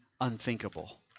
unthinkable